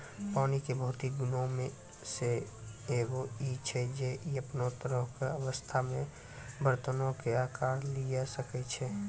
पानी के भौतिक गुणो मे से एगो इ छै जे इ अपनो तरल अवस्था मे बरतनो के अकार लिये सकै छै